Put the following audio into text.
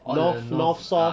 all the north ah